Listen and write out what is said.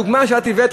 הדוגמה שאת הבאת,